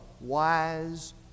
wise